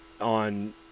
on